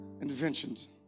Inventions